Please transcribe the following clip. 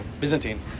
Byzantine